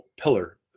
pillar